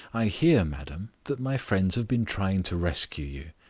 i hear, madam, that my friends have been trying to rescue you.